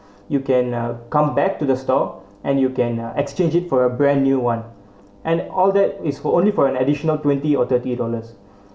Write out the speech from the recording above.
you can uh come back to the store and you can uh exchange it for a brand new [one] and all that is only for an additional twenty or thirty dollars